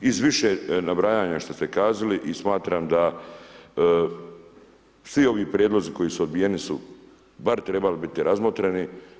Iz više nabrajanja što ste kazali i smatram da svi ovi prijedlozi koji su odbijeni su bar trebali biti razmotreni.